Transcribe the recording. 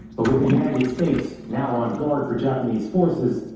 but with the united states now on guard for japanese forces,